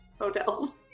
hotels